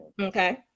Okay